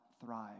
thrive